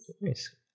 nice